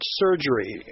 surgery